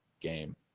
game